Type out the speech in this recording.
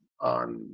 on